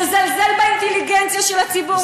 לזלזל באינטליגנציה של הציבור.